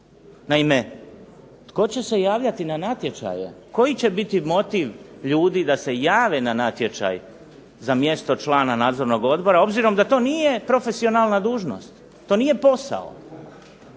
Naime, tko će se javljati na natječaje, koji će biti motiv ljudi koji se jave na natječaj, za mjesto člana nadzornog odbora obzirom da to nije profesionalna dužnost, to nije posao,